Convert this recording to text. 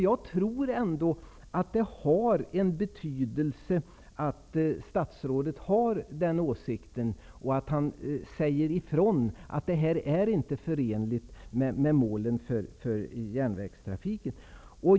Jag tror att det har en betydelse att statsrådet har en sådan åsikt och att han säger ifrån att detta inte är förenligt med målen för järnvägstrafiken.